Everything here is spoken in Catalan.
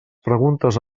preguntes